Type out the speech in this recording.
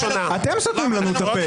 אתם סותמים לנו את הפה.